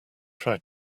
try